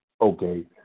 okay